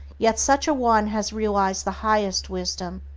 yet such a one has realized the highest wisdom,